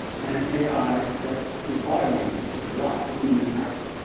and an ai that is automated and sort of lock the human out.